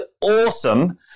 awesome